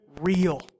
real